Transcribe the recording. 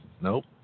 Nope